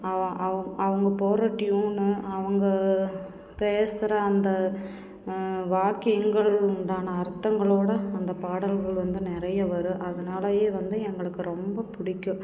அ அவு அவங்க போடுகிற ட்யூனு அவங்க பேசுகிற அந்த வாக்கியங்களுக்கு உண்டான அர்த்தங்களோட அந்த பாடல்கள் வந்து நிறைய வரும் அதனாலயே வந்து எங்களுக்கு ரொம்ப பிடிக்கும்